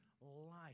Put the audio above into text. life